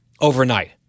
overnight